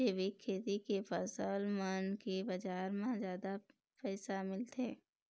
जैविक खेती के फसल मन के बाजार म जादा पैसा मिलथे